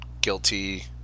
guilty